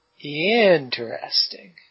Interesting